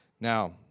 Now